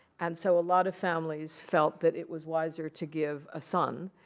and so a lot of families felt that it was wiser to give a son.